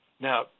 Now